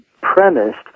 premised